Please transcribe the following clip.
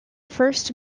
first